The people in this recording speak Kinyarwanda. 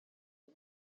iyi